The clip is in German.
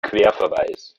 querverweis